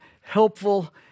helpful